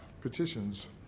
petitions